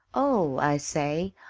oh, i say,